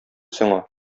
сиңа